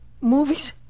movies